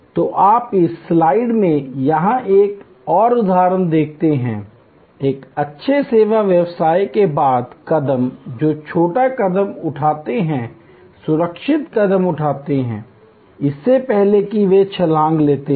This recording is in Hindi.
तो आप इस स्लाइड में यहां एक और उदाहरण देखते हैं एक अच्छे सेवा व्यवसाय के बाद कदम जो छोटे कदम उठाते हैं सुरक्षित कदम उठाते हैं इससे पहले कि वे छलांग लेते हैं